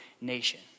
nation